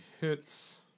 hits